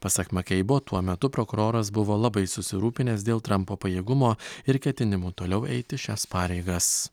pasak makeibo tuo metu prokuroras buvo labai susirūpinęs dėl trampo pajėgumo ir ketinimų toliau eiti šias pareigas